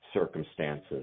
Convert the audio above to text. circumstances